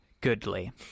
Goodly